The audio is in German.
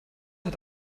hat